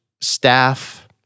staff